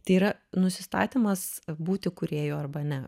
tai yra nusistatymas būti kūrėju arba ne